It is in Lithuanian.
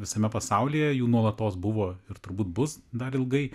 visame pasaulyje jų nuolatos buvo ir turbūt bus dar ilgai